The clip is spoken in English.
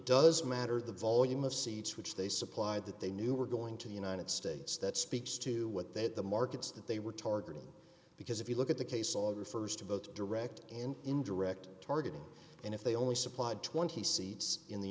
does matter the volume of seats which they supplied that they knew were going to the united states that speaks to what they had the markets that they were targeting because if you look at the case all refers to both direct and indirect targeting and if they only supplied twenty seats in the